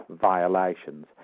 violations